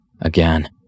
again